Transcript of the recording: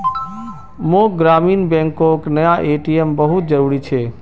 मोक ग्रामीण बैंकोक नया ए.टी.एम बहुत जरूरी छे